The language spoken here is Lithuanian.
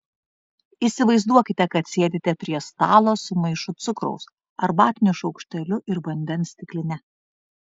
įsivaizduokite kad sėdite prie stalo su maišu cukraus arbatiniu šaukšteliu ir vandens stikline